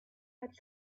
had